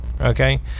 okay